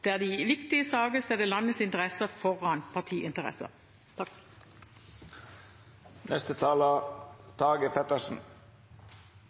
der de i viktige saker setter landets interesser foran partiinteresser.